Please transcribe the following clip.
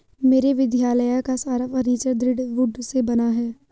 मेरे विद्यालय का सारा फर्नीचर दृढ़ वुड से बना है